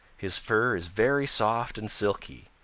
his fur is very soft and silky.